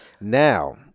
now